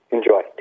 Enjoy